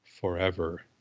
forever